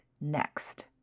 next